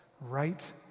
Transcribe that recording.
right